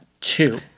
two